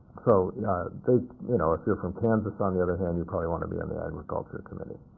so yeah they you know if you're from kansas, on the other hand, you probably want to be on the agriculture committee.